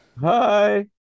Hi